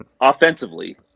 offensively